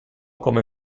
come